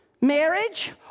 marriage